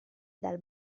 dal